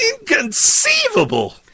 Inconceivable